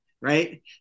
right